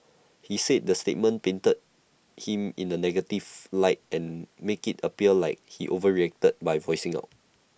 he said the statement painted him in A negative light and make IT appear like he overreacted by voicing out